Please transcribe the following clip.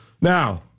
Now